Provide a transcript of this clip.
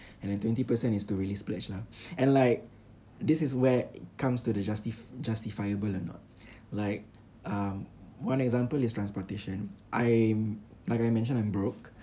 and then twenty percent is to really splurge lah and like this is where it comes to the justi~ justifiable or not like um one example is transportation I'm like I mentioned I'm broke